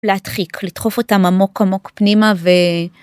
להדחיק לתחוף אותם עמוק עמוק פנימה ו.